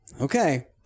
Okay